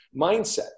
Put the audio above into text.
mindset